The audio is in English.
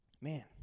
Man